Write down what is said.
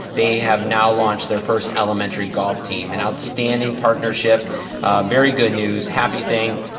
they have now launched their first elementary golf team. an outstanding partnership very good news, happy thing.